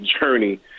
journey